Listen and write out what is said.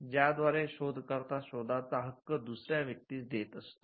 ज्याद्वारे शोधकर्ता शोधाचा हक्क दुसऱ्या व्यक्तीस देत असतो